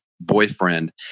boyfriend